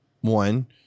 one